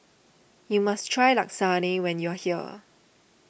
you must try Lasagne when you are here